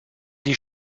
die